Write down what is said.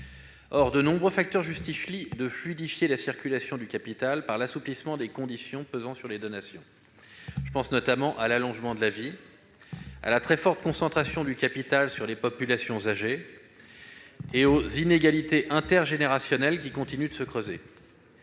De nombreux facteurs justifient de fluidifier la circulation du capital par l'assouplissement des conditions pesant sur les donations. Je pense notamment à l'allongement de la vie, à la très forte concentration du capital dans les populations âgées et aux inégalités intergénérationnelles qui continuent de se creuser.